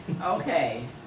Okay